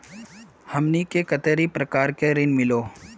हमनी के कते प्रकार के ऋण मीलोब?